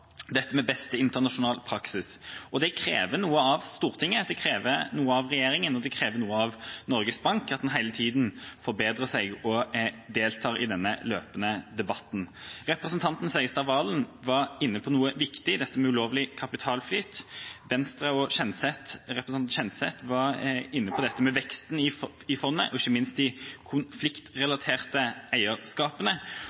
dette er et tema som det er tverrpolitisk interesse for å komme videre på. Alle innleggene har vært med og støttet opp om det store målet, som både jeg og finansministeren var inne på, om beste internasjonale praksis. Det krever noe av Stortinget. Det krever noe av regjeringa, og det krever noe av Norges Bank, at en hele tiden forbedrer seg og deltar i den løpende debatten. Representanten Serigstad Valen var inne på noe viktig, dette med ulovlig